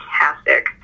fantastic